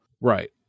Right